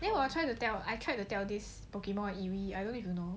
因为我要 try to 吊 I tried to 吊 this pokemon amie I don't know if you know